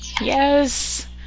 Yes